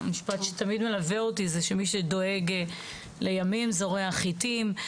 המשפט שתמיד מלווה אותי הוא שמי שדואג לימים זורע חיטים,